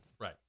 right